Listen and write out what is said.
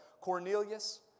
Cornelius